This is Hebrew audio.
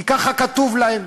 כי ככה כתוב להם.